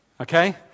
Okay